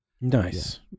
nice